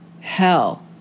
hell